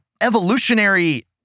evolutionary